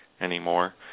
anymore